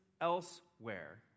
elsewhere